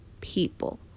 people